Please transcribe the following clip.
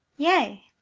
yea,